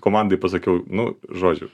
komandai pasakiau nu žodžiu